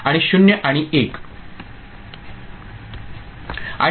1 ते 0 0 आणि 1